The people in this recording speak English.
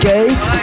Gate